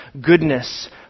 goodness